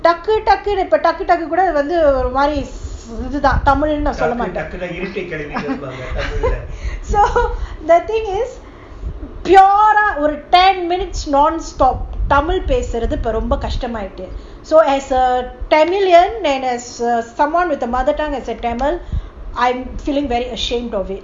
டக்குடக்குனுடக்குடக்குகூடவந்துஒருமாதிரிஇதுதான்:takku takkunu takku takku kooda vandhu oru madhiri idhuthan so the thing is pure ah ten minutes non stop தமிழ்பேசுறதுஇப்போரொம்பகஷ்டமாயிட்டு:tamil pesurathu ipo romba kastamayitu so as a tamilian and as someone with a mothertongue as a tamil I'm feeling very ashamed of it